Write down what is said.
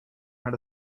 had